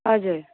हजुर